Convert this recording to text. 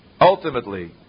Ultimately